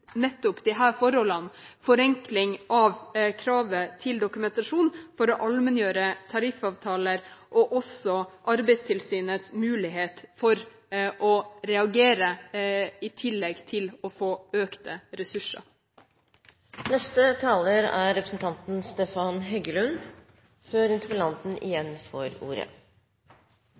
nettopp disse forholdene: forenkling av kravet til dokumentasjon for å allmenngjøre tariffavtaler og Arbeidstilsynets mulighet til å reagere, i tillegg til å få økte ressurser. Først vil jeg gjerne takke interpellanten for en viktig debatt. Jeg tror det er